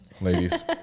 ladies